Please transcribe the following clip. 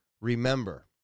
remember